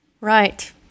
right